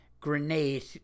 grenade